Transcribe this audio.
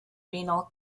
renal